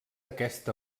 aquest